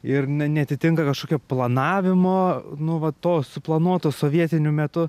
ir neatitinka kažkokio planavimo nu va tos suplanuoto sovietiniu metu